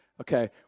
Okay